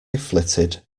flitted